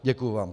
Děkuji vám.